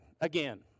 again